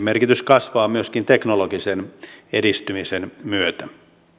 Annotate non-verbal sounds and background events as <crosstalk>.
<unintelligible> merkitys kasvaa teknologisen edistymisen myötä